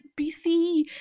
BC